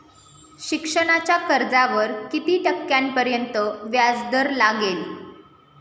शिक्षणाच्या कर्जावर किती टक्क्यांपर्यंत व्याजदर लागेल?